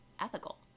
ethical